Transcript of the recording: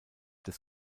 des